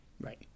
Right